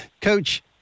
coach